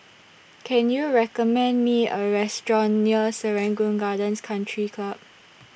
Can YOU recommend Me A Restaurant near Serangoon Gardens Country Club